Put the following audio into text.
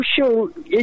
social